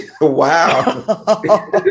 Wow